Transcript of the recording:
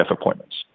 appointments